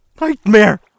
nightmare